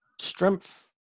strength